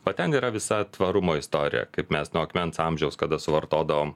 o ten yra visa tvarumo istorija kaip mes nuo akmens amžiaus kada suvartodavom